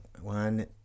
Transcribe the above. One